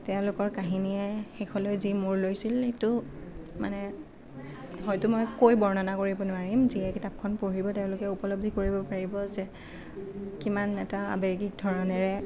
তেওঁলোকৰ কাহিনীয়ে শেষলৈ যি মুৰ লৈছিল সেইটো মানে হয়টো মই কৈ বৰ্ণনা কৰিব নোৱাৰিম যিয়ে এই কিতাপখন পঢ়িব তেওঁলোকে উপলব্ধি কৰিব পাৰিব যে কিমান এটা আৱেগিক ধৰণেৰে